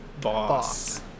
Boss